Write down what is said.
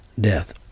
death